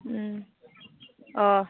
अ